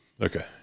Okay